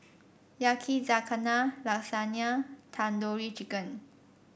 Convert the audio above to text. Yakizakana Lasagne Tandoori Chicken